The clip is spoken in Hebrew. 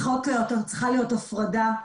צריכה להיות הפרדה,